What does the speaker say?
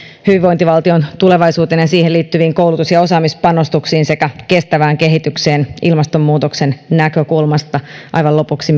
hyvinvointivaltion tulevaisuuteen ja siihen liittyviin koulutus ja osaamispanostuksiin sekä kestävään kehitykseen ilmastonmuutoksen näkökulmasta aivan lopuksi